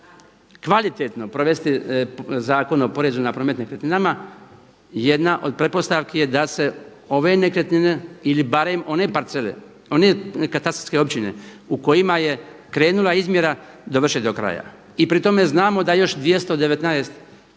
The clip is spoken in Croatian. kvalitetno provesti Zakon o prorezu na promet nekretninama jedna od pretpostavki je da se ove nekretnine ili barem one parcele, one katastarske općine u kojima je krenula izmjera dovrše do kraja i pri tome znamo da još 219